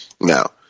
Now